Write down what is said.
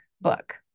book